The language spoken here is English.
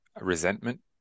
resentment